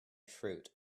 fruit